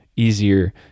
Easier